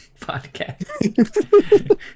podcast